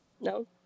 No